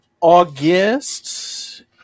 August